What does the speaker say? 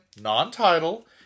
non-title